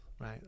Right